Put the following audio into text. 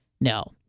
no